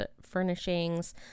furnishings